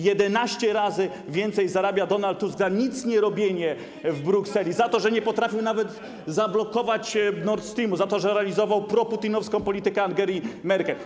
Jedenaście razy więcej zarabia Donald Tusk za nicnierobienie w Brukseli, za to, że nie potrafił nawet zablokować Nord Stream, za to, że realizował proputinowską politykę Angeli Merkel.